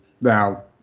Now